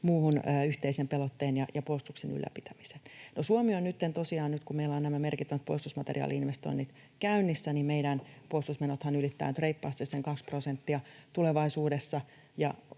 muuhun yhteisen pelotteen ja puolustuksen ylläpitämiseen. Suomessa nytten tosiaan, kun meillä on nämä merkittävät puolustusmateriaali-investoinnit käynnissä, meidän puolustusmenothan ylittävät nyt reippaasti sen kaksi prosenttia tulevaisuudessa.